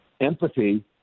empathy